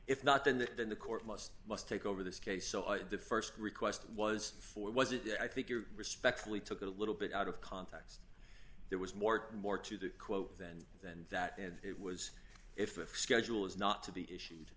if not then that then the court must must take over this case so i did the st request was for was it that i think you respectfully took a little bit out of context there was more and more to the quote than than that and it was if the schedule is not to be issued